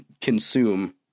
consume